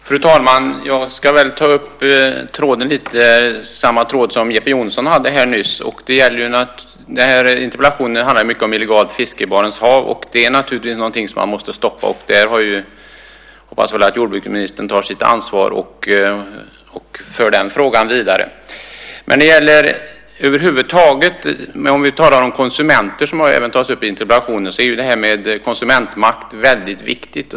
Fru talman! Jag ska ta upp samma tråd som Jeppe Johnsson. Den här interpellationen handlar ju mycket om illegalt fiske i Barents hav. Det är något som man naturligtvis måste stoppa. Jag hoppas att jordbruksministern tar sitt ansvar och för den frågan vidare. Frågan om konsumenter tas också upp i interpellationen. Konsumentmakt är ju något väldigt viktigt.